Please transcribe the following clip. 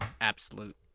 absolute